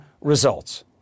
results